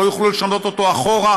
לא יוכלו לשנות אותו אחורה,